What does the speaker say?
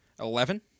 Eleven